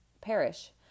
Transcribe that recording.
perish